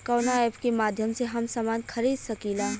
कवना ऐपके माध्यम से हम समान खरीद सकीला?